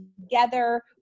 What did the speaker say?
together